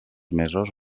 mesos